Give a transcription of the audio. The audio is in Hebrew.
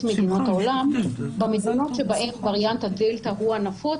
מדינות העולם במדינות שבהם וריאנט הדלתא הוא הנפוץ,